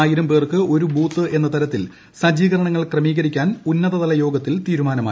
ആയിരം പേർക്ക് ഒരു ബൂത്ത് എന്ന തരത്തിൽ സജ്ജീകരണങ്ങൾ ക്രമീകരിക്കാൻ ഉന്നത തല യോഗത്തിൽ തീരുമാനമായി